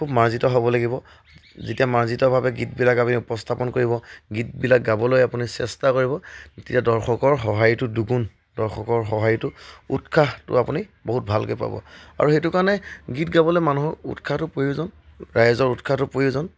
খুব মাৰ্জিত হ'ব লাগিব যেতিয়া মাৰ্জিতভাৱে গীতবিলাক আপুনি উপস্থাপন কৰিব গীতবিলাক গাবলৈ আপুনি চেষ্টা কৰিব তেতিয়া দৰ্শকৰ সঁহাৰিটো দুগুণ দৰ্শকৰ সহাৰিটো উৎসাহটো আপুনি বহুত ভালকৈ পাব আৰু সেইটো কাৰণে গীত গাবলৈ মানুহৰ উৎসাহটো প্ৰয়োজন ৰাইজৰ উৎসাহটো প্ৰয়োজন